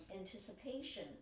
anticipation